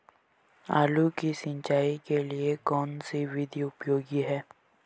आलू की सिंचाई के लिए कौन सी विधि उपयोगी है?